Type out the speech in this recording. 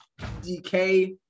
DK